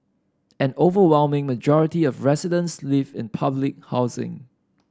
an overwhelming majority of residents live in public housing